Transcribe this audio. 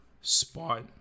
spot